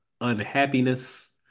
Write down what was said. unhappiness